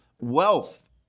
wealth